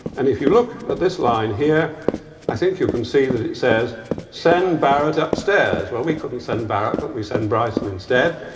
and if you look at this line here i think you can see that it says send barratt upstairs well we couldn't send barratt, but we sent bryson instead.